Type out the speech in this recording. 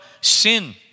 sin